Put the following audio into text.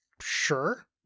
Sure